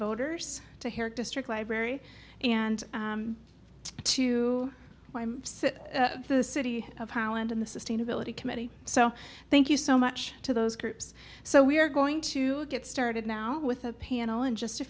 voters to hear district library and to see the city of howland and the sustainability committee so thank you so much to those groups so we are going to get started now with a panel in just a